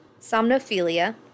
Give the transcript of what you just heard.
somnophilia